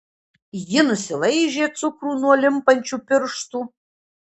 ji nusilaižė cukrų nuo limpančių pirštų